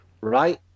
right